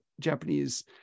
Japanese